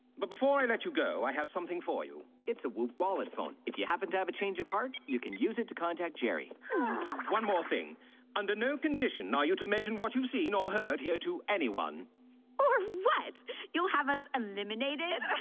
but before i let you go i have something for you it's a wolf wallet phone if you happen to have a change of heart you can use it to contact jerri one more thing under no condition now you to mention what you've seen or heard here to anyone or what you have us eliminated?